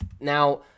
Now